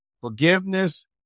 forgiveness